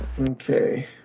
Okay